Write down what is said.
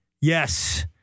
Yes